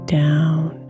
down